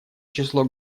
число